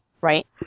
right